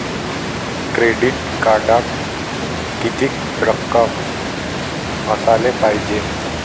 Credit कार्डात कितीक रक्कम असाले पायजे?